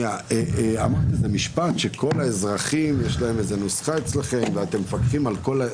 אמרת משפט שלכל האזרחים יש נוסחה אצלכם ואתם מפקחים על כל האזרחים.